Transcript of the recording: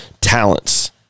talents